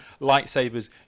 lightsabers